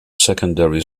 secondary